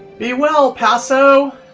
be well paso!